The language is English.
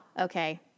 Okay